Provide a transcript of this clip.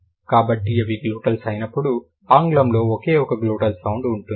కాబట్టి ఇవి గ్లోటల్స్ అయినప్పుడు ఆంగ్లంలో ఒకే ఒక గ్లోటల్ సౌండ్ ఉంటుంది